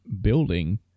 building